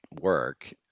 work